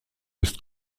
ist